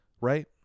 Right